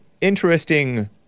Interesting